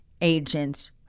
agents